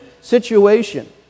situation